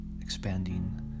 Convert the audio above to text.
expanding